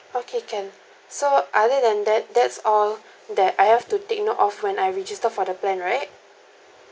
okay can so other than that that's all that I have to take note of when I register for the plan right